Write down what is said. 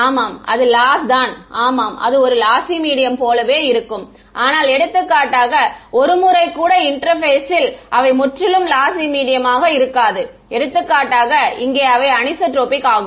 ஆமாம் அது லாஸ் தான் ஆமாம் அது ஒரு லாசி மீடியம் போலவே இருக்கும் ஆனால் எடுத்துக்காட்டாக ஒருமுறை கூட இன்டெர்பேசில் அவை முற்றிலும் லாசி மீடியமாக இருக்காது எடுத்துக்காட்டாக இங்கே அவை அனிசோட்ரோபிக் ஆகும்